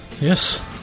Yes